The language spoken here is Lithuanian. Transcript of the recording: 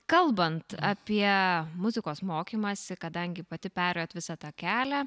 kalbant apie muzikos mokymąsi kadangi pati perėjot visą tą kelią